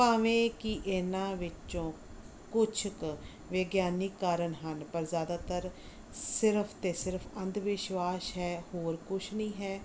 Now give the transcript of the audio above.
ਭਾਵੇਂ ਕਿ ਇਹਨਾਂ ਵਿੱਚੋਂ ਕੁਛ ਕੁ ਵਿਗਿਆਨੀ ਕਾਰਨ ਹਨ ਪਰ ਜ਼ਿਆਦਾਤਰ ਸਿਰਫ ਤੋਂ ਸਿਰਫ ਅੰਧ ਵਿਸ਼ਵਾਸ ਹੈ ਹੋਰ ਕੁਛ ਨਹੀਂ ਹੈ